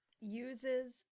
uses